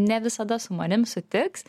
ne visada su manim sutiks